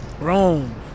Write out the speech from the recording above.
Rome